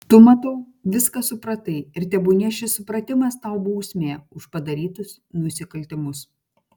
tu matau viską supratai ir tebūnie šis supratimas tau bausmė už padarytus nusikaltimus